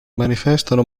manifestano